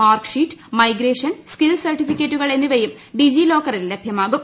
mark sheet migration skill സർട്ടിഫിക്കറ്റുകൾ എന്നിവയും ഡിജി ലോക്കറിൽ ലഭൃമാകും